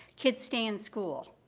kids stay in school.